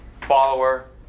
follower